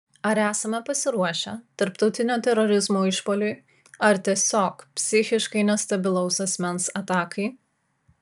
ar esame pasiruošę tarptautinio terorizmo išpuoliui ar tiesiog psichiškai nestabilaus asmens atakai